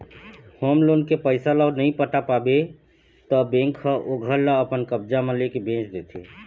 home loan के पइसा ल नइ पटा पाबे त बेंक ह ओ घर ल अपन कब्जा म लेके बेंच देथे